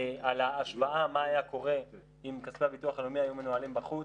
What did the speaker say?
על ההשוואה מה היה קורה אם כספי הביטוח הלאומי היו מנוהלים בחוץ.